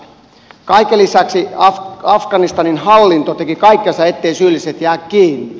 kaiken lisäksi afganistanin hallinto teki kaikkensa etteivät syylliset jää kiinni